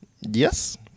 Yes